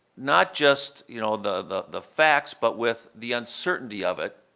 not just, you know, the the facts but with the uncertainty of it,